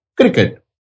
cricket